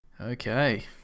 Okay